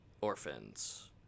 Orphans